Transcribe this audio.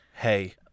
Hey